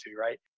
right